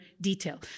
detail